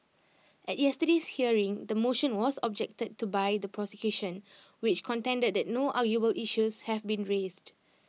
at yesterday's hearing the motion was objected to by the prosecution which contended that no arguable issues have been raised